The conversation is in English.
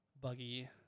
Buggy